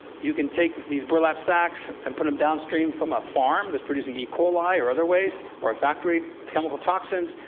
you can take these burlap sacks and put them downstream from a farm that's producing e. coli, or other wastes, or a factory with chemical toxins,